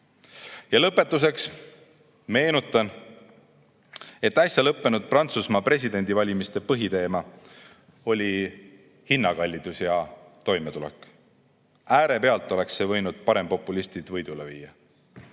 teha. Lõpetuseks meenutan, et äsja lõppenud Prantsusmaa presidendivalimiste põhiteema oli hinnakallidus ja toimetulek. Äärepealt oleks see võinud parempopulistid võidule viia.